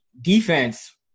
defense